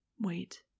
Wait